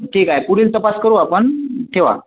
ठीक आहे पुढील तपास करू आपण ठेवा